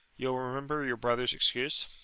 you'll remember your brother's excuse?